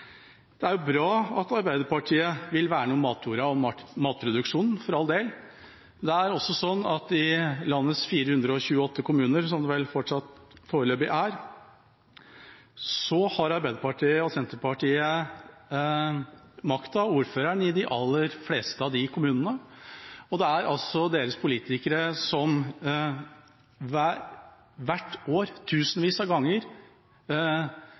Det er bra at Arbeiderpartiet vil verne om matjorda og matproduksjonen – for all del – men i de aller fleste av landets 428 kommuner, som det vel fortsatt foreløpig er, har Arbeiderpartiet og Senterpartiet makten og ordføreren, og det er altså deres politikere som hvert år, tusenvis av ganger,